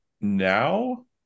now